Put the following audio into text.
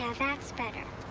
yeah that's better.